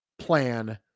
plan